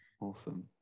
awesome